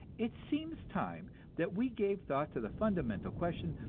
it seems time that we gave thought to the fundamental question,